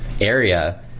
area